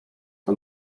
kto